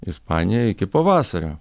ispaniją iki pavasario